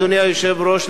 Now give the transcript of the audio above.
אדוני היושב-ראש,